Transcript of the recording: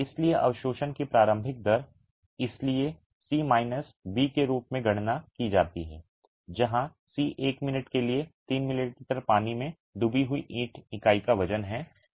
इसलिए अवशोषण की प्रारंभिक दर इसलिए सी माइनस बी के रूप में गणना की जाती है जहां सी 1 मिनट के लिए 3 मिलीमीटर पानी में डूबी हुई ईंट इकाई का वजन है